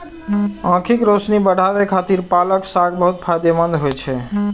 आंखिक रोशनी बढ़ाबै खातिर पालक साग बहुत फायदेमंद होइ छै